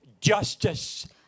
justice